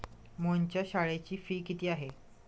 मोहनच्या शाळेची फी किती आहे?